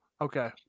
Okay